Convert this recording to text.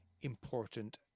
important